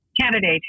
candidate